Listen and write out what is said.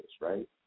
right